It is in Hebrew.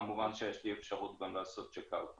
כמובן שתהיה אפשרות גם לעשות צ'ק-אאוט.